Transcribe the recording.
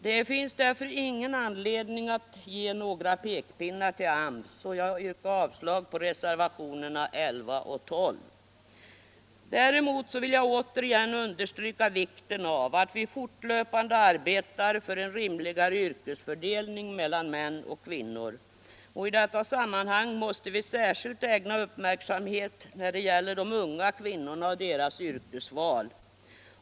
Det finns därför ingen anledning att ge några pekpinnar till AMS och jag yrkar avslag på reservationerna 11 och 12. Däremot vill jag återigen understryka vikten av att vi fortlöpande arbetar för en rimligare yrkesfördelning mellan män och kvinnor. I detta sammanhang måste vi särskilt ägna uppmärksamhet åt de unga kvinnorna och deras yrkesval.